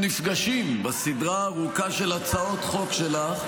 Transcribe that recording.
שוב אנחנו נפגשים בסדרה הארוכה של הצעות החוק שלך,